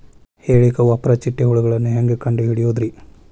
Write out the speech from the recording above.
ಹೇಳಿಕೋವಪ್ರ ಚಿಟ್ಟೆ ಹುಳುಗಳನ್ನು ಹೆಂಗ್ ಕಂಡು ಹಿಡಿಯುದುರಿ?